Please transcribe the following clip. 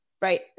right